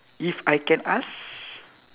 if I can ask